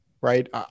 right